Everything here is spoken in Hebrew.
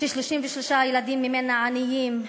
ש-33% מהילדים בה עניים,